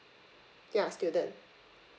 ya student